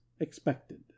expected